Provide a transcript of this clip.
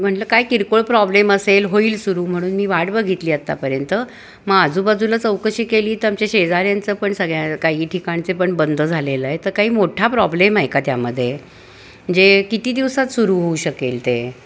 म्हणलं काय किरकोळ प्रॉब्लेम असेल होईल सुरू म्हणून मी वाट बघितली आत्तापर्यंत मग आजूबाजूला चौकशी केली तर आमच्या शेजाऱ्यांचं पण सगळ्या काही ठिकाणचे पण बंद झालेलं आहे तर काही मोठा प्रॉब्लेम आहे का त्यामध्ये जे किती दिवसात सुरू होऊ शकेल ते